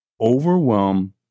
overwhelm